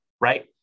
right